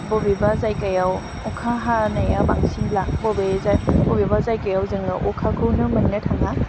बबेबा जायगायाव अखा हानाया बांसिनब्ला बबे बबेबा जायगायाव जोङो अखाखौनो मोननो थाङा